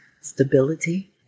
stability